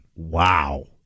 Wow